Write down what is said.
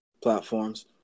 platforms